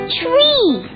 tree